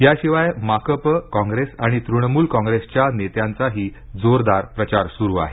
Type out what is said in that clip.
याशिवाय माकप कॉग्रेस आणि तृणमूल कॉग्रेसच्या नेत्यांचाही जोरदार प्रचार सुरू आहे